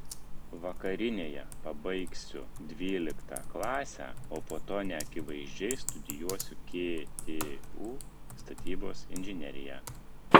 vakarinėje pabaigsiu dvyliktą klasę o po to neakivaizdžiai studijuosiu ktu statybos inžineriją